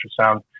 ultrasound